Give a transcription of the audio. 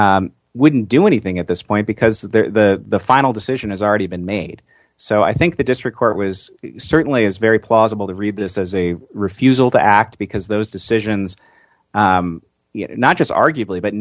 hearing wouldn't do anything at this point because the final decision has already been made so i think the district court was certainly is very plausible to read this as a refusal to act because those decisions not just arguably but